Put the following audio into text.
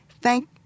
Thank